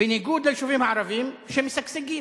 בניגוד ליישובים הערביים, שמשגשגים.